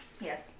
Yes